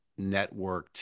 networked